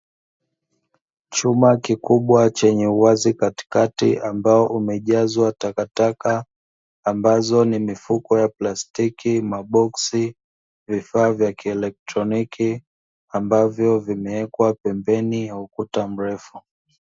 Chuma kikubwa chenye uwazi katikati, ambao umejazwa takataka ambazo ni mifuko ya plastiki, maboksi ya kielektroniki, ambavyo vimewekwa pembeni ya ukuta mrefu.